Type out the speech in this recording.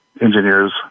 engineers